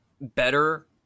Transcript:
better